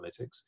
analytics